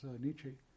Nietzsche